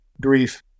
grief